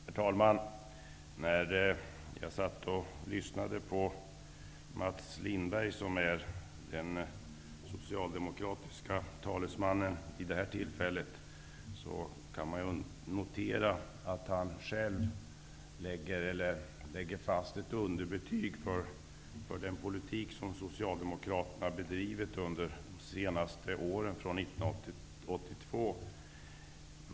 Herr talman! När jag lyssnade på Mats Lindberg, som är den socialdemokratiska talesmannen vid det här tillfället, noterade jag att han själv lade fast ett underbetyg för den politik som Socialdemokraterna bedrivit under de senaste åren, från 1982.